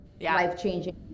life-changing